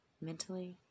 Mentally